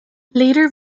later